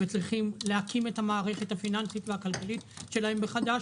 וצריכים להקים את המערכת הפיננסית והכלכלית שלהם מחדש,